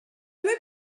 mae